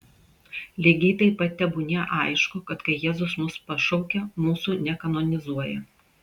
lygiai taip pat tebūnie aišku kad kai jėzus mus pašaukia mūsų nekanonizuoja